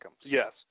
Yes